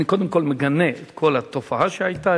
אני קודם כול מגנה את כל התופעה שהיתה,